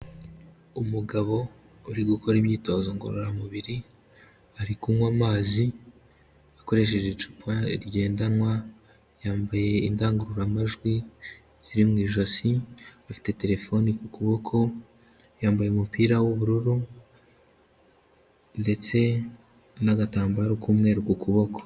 Umugabo uri gukora imyitozo ngororamubiri, ari kunywa amazi akoresheje icupa rigendanwa, yambaye indangururamajwi ziri mu ijosi, afite telefone ku kuboko, yambaye umupira w'ubururu ndetse n'agatambaro k'umweru ku kuboko.